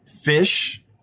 fish